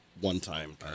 one-time